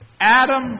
Adam